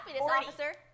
officer